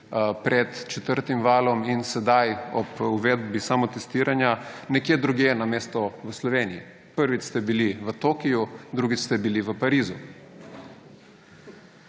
pred četrtim valom in sedaj ob uvedbi samotestiranja, nekje drugje namesto v Sloveniji. Prvič ste bili v Tokiu, drugič ste bili v Parizu.